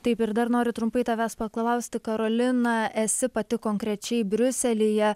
taip ir dar noriu trumpai tavęs paklausti karolina esi pati konkrečiai briuselyje